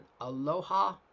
aloha